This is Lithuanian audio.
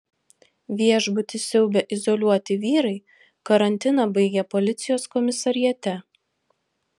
viešbutį siaubę izoliuoti vyrai karantiną baigė policijos komisariate